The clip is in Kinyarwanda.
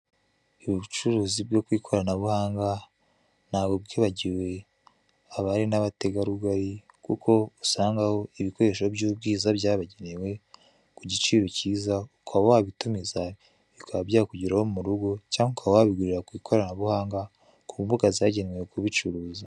Ubucuruzi bwo kw'ikoranabuhanga ntago bwibagiwe abari n'abategarugori kuko usangaho ibikoresho by'ubwiza byabagenewe ku giciro cyiza ukaba wabitumiza bikaba byakugeraho mu rugo cyangwa ukaba wabigurira kw'ikoranabuhanga ku mbuga zagenewe kubicuruza.